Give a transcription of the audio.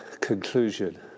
conclusion